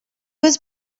was